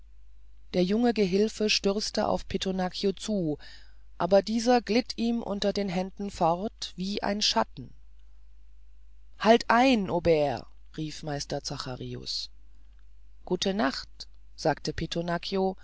der junge gehilfe stürzte auf pittonaccio zu aber dieser glitt ihm unter den händen fort wie ein schatten halt ein aubert rief meister zacharius gute nacht sagte